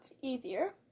easier